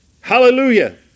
Hallelujah